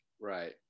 Right